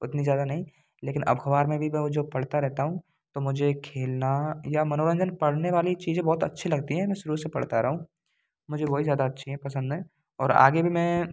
उतनी ज़्यादा नहीं लेकिन अखबार में भी मैं वो जो पढ़ता रहता हूँ तो मुझे खेलना या मनोरंजन पढ़ने वाली चीज़ें बहुत अच्छी लगती हैं मैं शुरू से पढ़ता आ रहा हूँ मुझे वही ज़्यादा अच्छी हैं पसंद हैं और आगे भी मैं